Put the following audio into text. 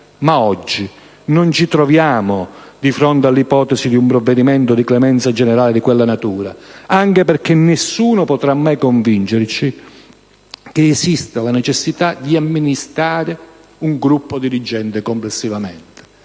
Ma oggi non ci troviamo di fronte all'ipotesi di un provvedimento di clemenza generale di quella natura, anche perché nessuno potrà mai convincerci che esista la necessità di amnistiare un gruppo dirigente complessivamente.